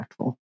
impactful